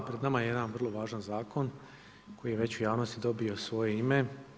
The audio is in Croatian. Pred nama je jedan vrlo važan Zakon koji je veću javnosti dobio svoje ime.